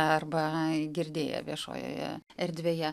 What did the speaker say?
arba girdėję viešojoje erdvėje